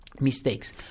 mistakes